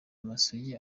amasugi